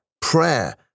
prayer